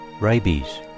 Rabies